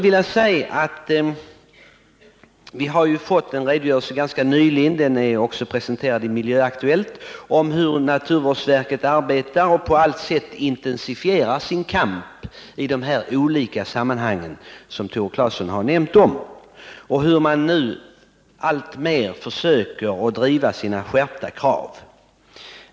Vi har fått en redogörelse ganska nyligen — den är också presenterad i Miljöaktuellt — för hur naturvårdsverket arbetar och på allt sätt intensifierar sin kamp i de olika sammanhang som Tore Claeson har nämnt och hur man nu alltmer försöker driva sina skärpta krav.